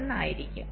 01 ആയിരിക്കും